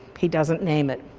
he doesn't name it.